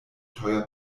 teuer